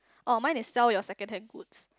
oh mine is sell your second hand goods